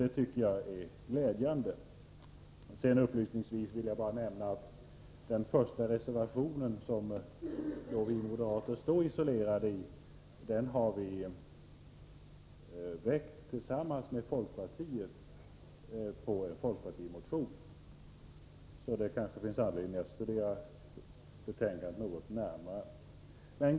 Detta tycker jag är glädjande, Upplysningsvis vill jag nämna att den första reservationen, där vi står isolerade, har vi väckt tillsammans med folkpartiet på grundval av en folkpartimotion. Det kanske finns anledning att studera betänkandet något närmare.